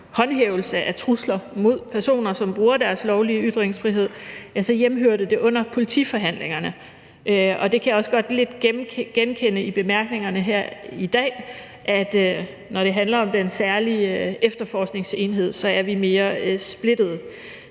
håndhævelse af trusler mod personer, som bruger deres lovlige ytringsfrihed, hørte det hjemme under politiforhandlingerne, og det kan jeg også godt lidt genkende i bemærkningerne her i dag, nemlig at når det handler om den særlige efterforskningsenhed, er vi mere splittede.